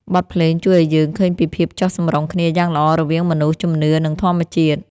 បទភ្លេងជួយឱ្យយើងឃើញពីភាពចុះសម្រុងគ្នាយ៉ាងល្អ រវាងមនុស្ស ជំនឿ និងធម្មជាតិ។